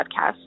podcast